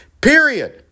Period